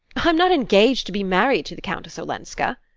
i'm not engaged to be married to the countess olenska!